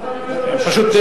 פשוט,